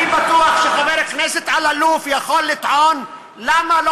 אני בטוח שחבר הכנסת אלאלוף יכול לטעון: למה לא